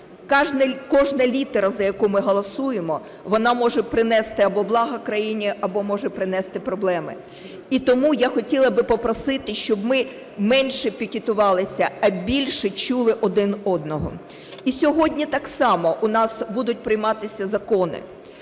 Кожна літера, за яку ми голосуємо, вона може принести або благо країні, або може принести проблеми. І тому я хотіла би попросити, щоб ми менше пікетувалися, а більше чули один одного. І сьогодні так само у нас будуть прийматися закони.